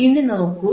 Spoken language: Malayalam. ഇനി നോക്കൂ